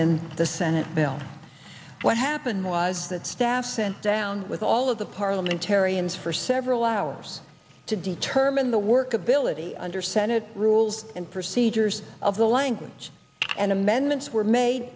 in the senate bill what happened was that staff sent down with all of the parliamentarians for several hours to determine the workability under senate rules and procedures of the language and amendments were made